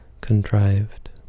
contrived